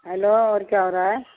hello اور کیا ہو رہا ہے